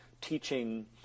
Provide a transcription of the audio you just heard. teaching